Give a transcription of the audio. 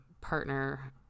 partner